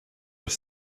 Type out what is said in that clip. was